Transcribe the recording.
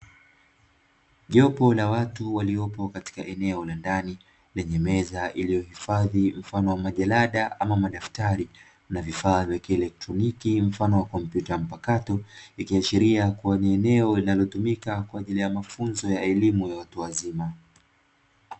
Jopo la watu waliopo katika eneo la ndani, lenye meza iliyohifadhi mfano wa majalada ama madaftari na vifaa vya kielektroniki, mfano wa kompyuta mpakato, ikiashiria kuwa ni eneo linalotumika kwa ajili ya mafunzo ya elimu ya watu wazima.